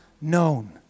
known